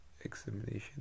examination